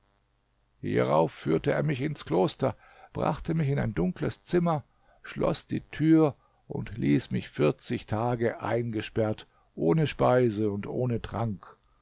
hierauf führte er mich ins kloster brachte mich in ein dunkles zimmer schloß die tür und ließ mich vierzig tage eingesperrt ohne speise und ohne trank